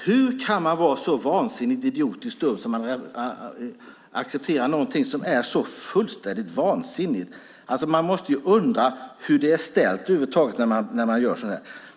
Hur kan man vara så idiotiskt dum att man accepterar någonting som är så fullständigt vansinnigt? Jag undrar hur det är ställt när man gör så här.